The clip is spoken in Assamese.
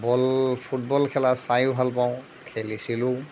বল ফুটবল খেলা চাইয়ো ভাল পাওঁ খেলিছিলোঁ